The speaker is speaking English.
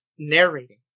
Narrating